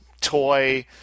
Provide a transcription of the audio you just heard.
toy